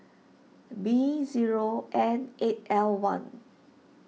B zero N eight L one